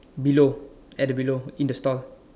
below at the below in the store